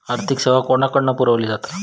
आर्थिक सेवा कोणाकडन पुरविली जाता?